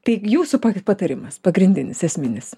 tai jūsų patarimas pagrindinis esminis